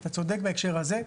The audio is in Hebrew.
אתה צודק בהקשר הזה.